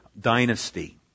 dynasty